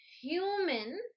human